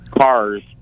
cars